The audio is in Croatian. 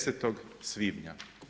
10. svibnja.